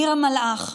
ניר המלאך,